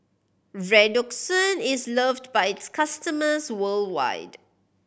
Redoxon is loved by its customers worldwide